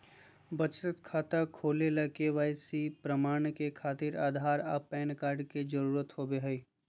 बचत खाता खोले ला के.वाइ.सी प्रमाण के खातिर आधार आ पैन कार्ड के जरुरत होबो हइ